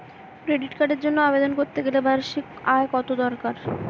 Credit কার্ডের জন্য আবেদন করতে গেলে বার্ষিক আয় কত হওয়া দরকার?